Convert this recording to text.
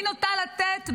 אני נוטה לתת,